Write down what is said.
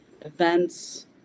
events